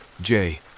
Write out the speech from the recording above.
Jay